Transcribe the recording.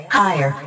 higher